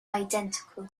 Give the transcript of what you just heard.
identical